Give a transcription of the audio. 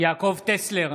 יעקב טסלר,